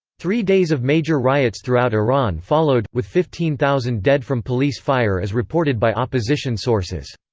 three days of major riots throughout iran followed, with fifteen thousand dead from police fire as reported by opposition sources.